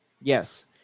Yes